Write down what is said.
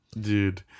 Dude